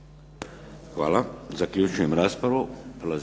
Hvala. Zaključujem raspravu.